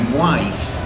wife